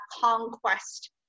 conquest